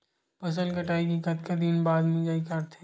फसल कटाई के कतका दिन बाद मिजाई करथे?